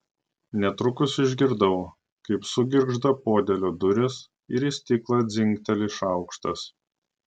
netrukus išgirdau kaip sugirgžda podėlio durys ir į stiklą dzingteli šaukštas